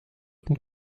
und